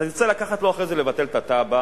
אתה תצטרך לקחת לו אחרי זה, לבטל את התב"ע.